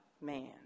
man